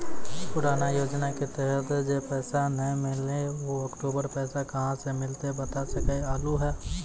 पुराना योजना के तहत जे पैसा नै मिलनी ऊ अक्टूबर पैसा कहां से मिलते बता सके आलू हो?